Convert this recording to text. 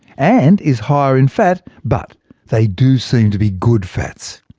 and is higher in fat but they do seem to be good fats.